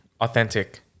authentic